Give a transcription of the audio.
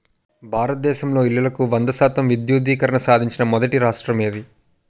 భారతదేశంలో ఇల్లులకు వంద శాతం విద్యుద్దీకరణ సాధించిన మొదటి రాష్ట్రం ఏది?